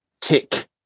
Tick